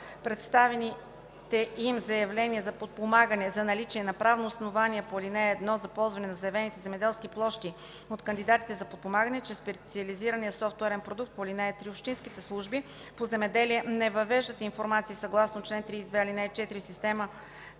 представените им заявления за подпомагане за наличие на правно основание по ал. 1 за ползване на заявените земеделски площи от кандидатите за подпомагане, чрез специализирания софтуерен продукт по ал. 3. Общинските служби по земеделие не въвеждат информацията съгласно чл. 32, ал. 4 в системата